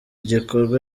gikorwa